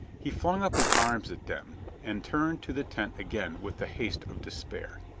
he flung up his arms at them and turned to the tent again with the haste of despair.